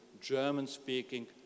German-speaking